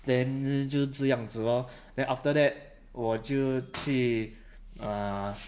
then 就这样子 lor then after that 我就去 err